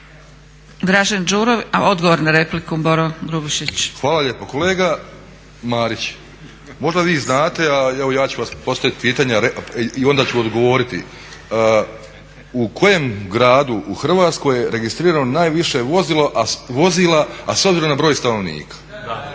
Grubišić. **Grubišić, Boro (HDSSB)** Hvala lijepa. Kolega Marić, možda vi znate a evo ja ću vam postaviti pitanje i onda ću odgovoriti, u kojem gradu u Hrvatskoj je registrirano najviše vozila a s obzirom na broj stanovnika?